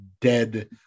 dead